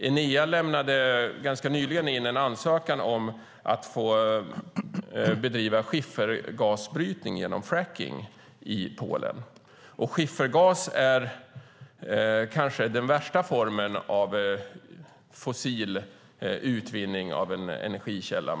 Enea lämnade ganska nyligen in en ansökan om att få bedriva schiffergasbrytning genom fracking i Polen. Schiffergas är den kanske värsta formen av fossil utvinning av en energikälla.